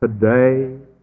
Today